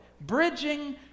Bridging